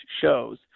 shows